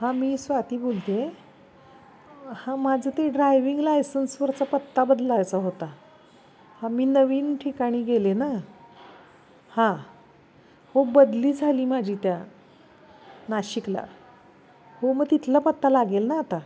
हां मी स्वाती बोलते आहे हां माझं ते ड्रायव्हिंग लायसन्सवरचा पत्ता बदलायचा होता हां मी नवीन ठिकाणी गेले ना हां हो बदली झाली माझी त्या नाशिकला हो मग तिथला पत्ता लागेल ना आता